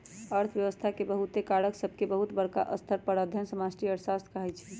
अर्थव्यवस्था के बहुते कारक सभके बहुत बरका स्तर पर अध्ययन समष्टि अर्थशास्त्र कहाइ छै